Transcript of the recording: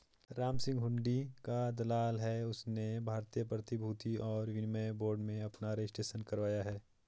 रामसिंह हुंडी का दलाल है उसने भारतीय प्रतिभूति और विनिमय बोर्ड में अपना रजिस्ट्रेशन करवाया है